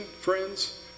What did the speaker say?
friends